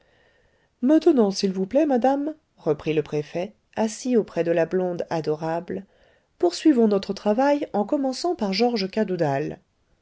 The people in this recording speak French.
maintenant s'il vous plaît madame reprit le préfet assis auprès de la blonde adorable poursuivons notre travail en commençant par georges cadoudal